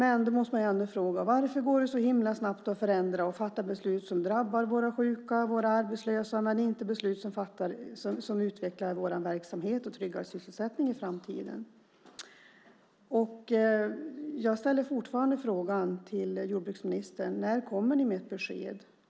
Då måste man ändå fråga: Varför går det så himla snabbt att förändra och fatta beslut som drabbar våra sjuka och våra arbetslösa när det inte är beslut som utvecklar vår verksamhet och tryggar sysselsättningen i framtiden? Jag ställer ännu en gång frågan till jordbruksministern: När kommer ni med ett besked?